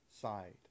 side